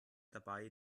dabei